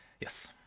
Yes